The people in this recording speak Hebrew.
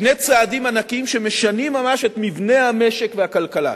שני צעדים ענקיים שמשנים ממש את מבנה המשק והכלכלה.